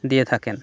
দিয়ে থাকেন